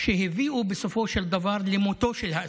שהביאו בסופו של דבר למותו של האסיר.